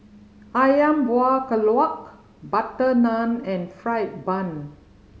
Ayam Buah Keluak butter naan and fried bun